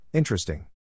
Interesting